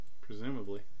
Presumably